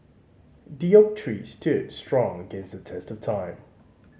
the oak tree stood strong against the test of time